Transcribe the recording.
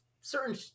Certain